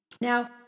Now